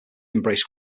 embraced